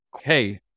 Hey